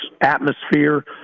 atmosphere